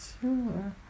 Sure